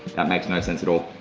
that makes no sense at all.